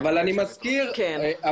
סליחה,